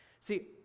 See